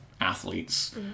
athletes